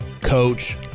Coach